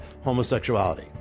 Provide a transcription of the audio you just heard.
homosexuality